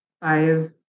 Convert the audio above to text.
five